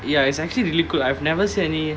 ya it's actually really good I've never seen any